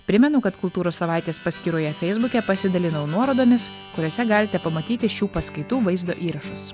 primenu kad kultūros savaitės paskyroje feisbuke pasidalinau nuorodomis kuriose galite pamatyti šių paskaitų vaizdo įrašus